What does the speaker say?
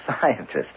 scientist